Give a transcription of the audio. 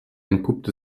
entpuppt